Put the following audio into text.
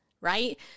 right